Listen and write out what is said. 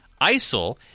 ISIL